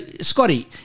Scotty